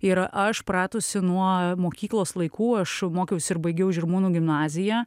ir aš pratusi nuo mokyklos laikų aš mokiausi ir baigiau žirmūnų gimnaziją